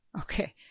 Okay